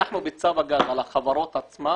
אנחנו בצו הגז אנחנו